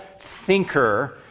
thinker